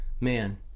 Man